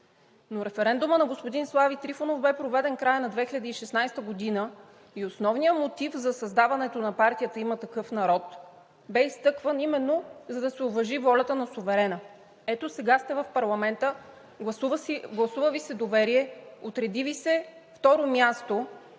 Но референдумът на господин Слави Трифонов бе проведен в края на 2016 г. и основният мотив за създаването на партията „Има такъв народ“ бе изтъкван именно – да се уважи ролята на суверена. Ето сега сте в парламента, гласува Ви се доверие, отреди Ви се второ място